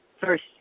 first